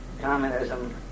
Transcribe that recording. communism